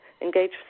Engage